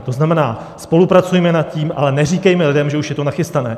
To znamená, spolupracujme nad tím, ale neříkejme lidem, že už je to nachystané.